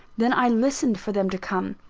then i listened for them to come